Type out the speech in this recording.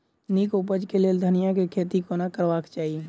नीक उपज केँ लेल धनिया केँ खेती कोना करबाक चाहि?